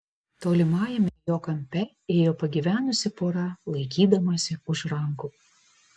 tolimajame jo kampe ėjo pagyvenusi pora laikydamasi už rankų